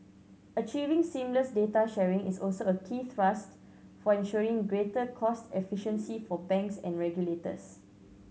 achieving seamless data sharing is also a key thrust for ensuring greater cost efficiency for banks and regulators